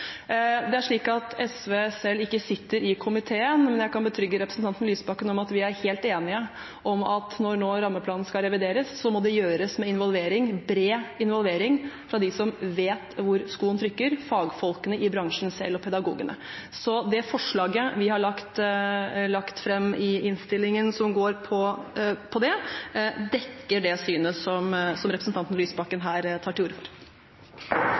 SV sitter ikke selv i komiteen, men jeg kan trygge representanten Lysbakken på at vi er helt enige om at når nå rammeplanen skal revideres, må det gjøres med bred involvering fra dem som vet hvor skoen trykker – fagfolkene i bransjen selv og pedagogene. Det forslaget vi har lagt fram i innstillingen som går på det, dekker det synet som representanten Lysbakken her tar til orde for.